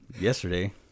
yesterday